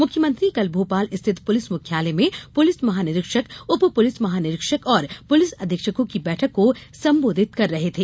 मुख्यमंत्री कल भोपाल स्थित पुलिस मुख्यालय में पुलिस महानिरीक्षक उप पुलिस महानिरीक्षक और पुलिस अधीक्षकों की बैठक को संबोधित कर रहे थे